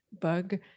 bug